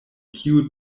kiu